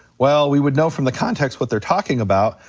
well we would know from the context what they're talking about,